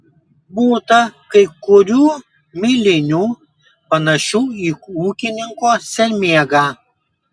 būta kai kurių milinių panašių į ūkininko sermėgą